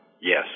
Yes